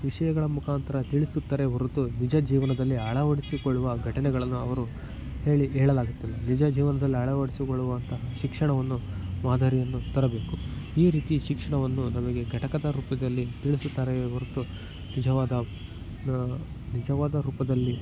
ವಿಷಯಗಳ ಮುಖಾಂತರ ತಿಳಿಸುತ್ತಾರೆ ಹೊರ್ತು ನಿಜ ಜೀವನದಲ್ಲಿ ಅಳವಡಿಸಿಕೊಳ್ಳುವ ಘಟನೆಗಳನ್ನ ಅವರು ಹೇಳಿ ಹೇಳಲಾಗುತ್ತಿಲ್ಲ ನಿಜ ಜೀವನ್ದಲ್ಲಿ ಅಳವಡಿಸಿಕೊಳ್ಳುವಂಥ ಶಿಕ್ಷಣವನ್ನು ಮಾದರಿಯನ್ನು ತರಬೇಕು ಈ ರೀತಿ ಶಿಕ್ಷಣವನ್ನು ನಮಗೆ ಘಟಕದ ರೂಪದಲ್ಲಿ ತಿಳಿಸುತ್ತಾರೆಯೇ ಹೊರತು ನಿಜವಾದ ನಿಜವಾದ ರೂಪದಲ್ಲಿ